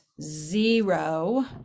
zero